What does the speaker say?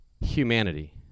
humanity